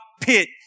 pit